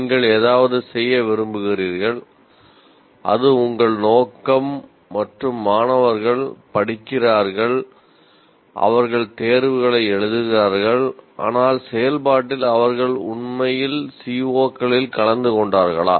நீங்கள் ஏதாவது செய்ய விரும்புகிறீர்கள் அது உங்கள் நோக்கம் மற்றும் மாணவர்கள் படிக்கிறார்கள் அவர்கள் தேர்வுகளை எழுதுகிறார்கள் ஆனால் செயல்பாட்டில் அவர்கள் உண்மையில் CO களில் கலந்து கொண்டார்களா